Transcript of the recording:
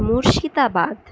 Murshidabad